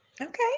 Okay